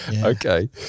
Okay